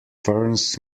ferns